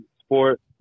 sport